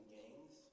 gangs